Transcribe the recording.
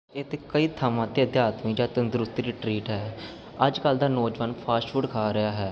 ਇੱਥੇ ਕਈ ਥਾਵਾਂ 'ਤੇ ਅਧਿਆਤਮ ਜਾਂ ਤੰਦਰੁਸਤੀ ਲਈ ਟਰੀਟ ਹੈ ਅੱਜ ਕੱਲ੍ਹ ਦਾ ਨੌਜਵਾਨ ਫਾਸਟ ਫੂਡ ਖਾ ਰਿਹਾ ਹੈ